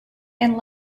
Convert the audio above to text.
and